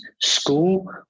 school